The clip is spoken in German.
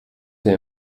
der